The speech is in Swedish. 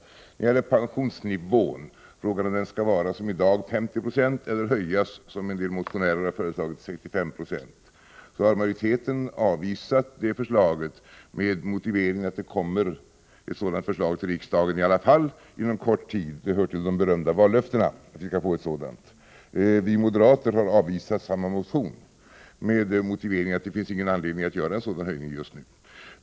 När det gäller pensionsnivån är frågan huruvida den skall vara 50 96 som i dag eller höjas till 65 96 som en del motionärer har föreslagit. Majoriteten har avvisat förslaget om 65 76 med motiveringen att ett sådant förslag ändå kommer att läggas fram för riksdagen inom kort — det hör till de berömda vallöftena. Vi moderater har avvisat samma motion med motiveringen att det inte finns någon anledning till en sådan höjning just nu.